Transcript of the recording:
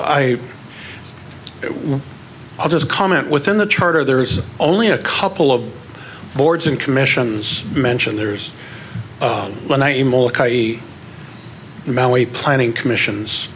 i will i'll just comment within the charter there is only a couple of boards and commissions mentioned there's a man way planning commissions